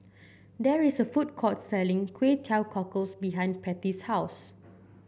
there is a food court selling Kway Teow Cockles behind Pattie's house